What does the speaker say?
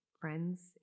friends